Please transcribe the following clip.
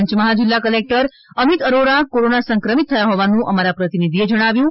પંચમહાલ જિલ્લા collector Amit Arora corona સંક્રમિત થયા હોવાનું અમારા પ્રતિનિધિએ જણાવ્યુ છે